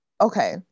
okay